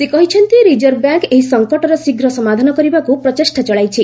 ସେ କହିଛନ୍ତି reserve bank ଏହି ସଂକଟର ଶୀଘ୍ର ସମାଧାନ କରିବାକୁ ପ୍ରଚେଷ୍ଟା ଚଳାଇଛି